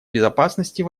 безопасности